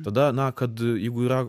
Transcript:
tada na kad jeigu yra